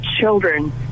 children